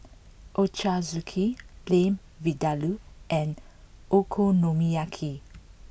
Ochazuke Lamb Vindaloo and Okonomiyaki